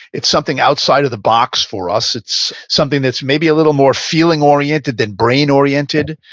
it's something outside of the box for us. it's something that's maybe a little more feeling oriented than brain oriented,